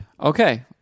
Okay